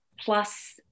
plus